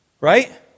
Right